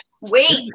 Wait